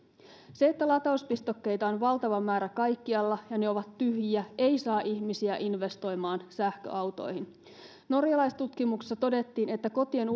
se että latauspistokkeita on valtava määrä kaikkialla ja ne ovat tyhjiä ei saa ihmisiä investoimaan sähköautoihin norjalaistutkimuksessa todettiin että kotien